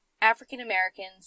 African-Americans